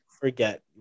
Forget